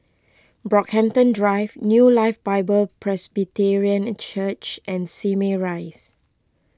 Brockhampton Drive New Life Bible Presbyterian Church and Simei Rise